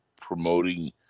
promoting